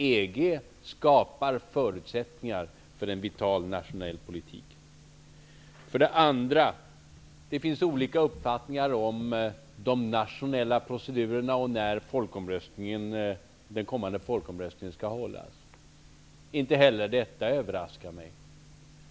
EG skapar förutsättningar för en vital nationell politik. För det andra: Det finns olika uppfattningar om de nationella procedurerna och om när den kommande folkomröstningen skall hållas. Inte heller detta överraskar mig.